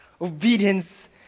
Obedience